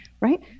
right